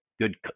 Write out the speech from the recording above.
good